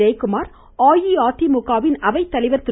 ஜெயக்குமார் அஇஅதிமுக அவைத்தலைவர் திரு